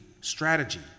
strategy